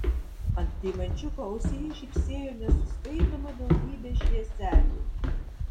ant deimančiuko ausyje žybsėjo nesuskaitoma daugybė švieselių